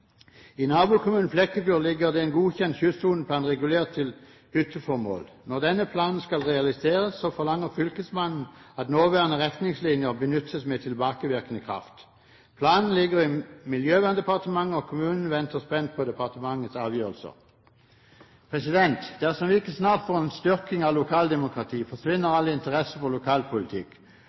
I nabokommunen Flekkefjord ligger det en godkjent kystsoneplan regulert til hytteformål. Når denne planen skal realiseres, forlanger fylkesmannen at nåværende retningslinjer benyttes med tilbakevirkende kraft. Planen ligger i Miljøverndepartementet, og kommunen venter spent på departementets avgjørelser. Dersom vi ikke snart får en styrking av lokaldemokratiet, forsvinner all interesse for lokalpolitikk.